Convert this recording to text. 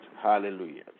Hallelujah